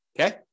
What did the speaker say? okay